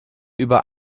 über